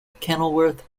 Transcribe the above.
kenilworth